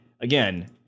again